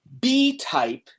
B-type